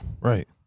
right